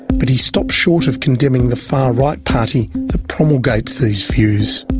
but he stops short of condemning the far-right party that promulgates these views.